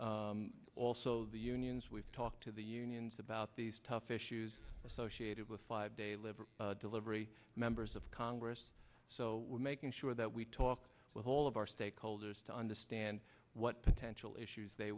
and also the unions we've talked to the unions about these tough issues associated with five day live or delivery members of congress so we're making sure that we talk with all of our stakeholders to understand what potential issues they